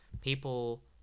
People